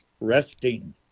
resting